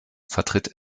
vertritt